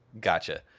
Gotcha